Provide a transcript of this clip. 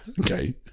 Okay